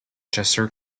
chester